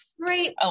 Great